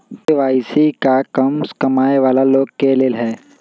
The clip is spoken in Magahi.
के.वाई.सी का कम कमाये वाला लोग के लेल है?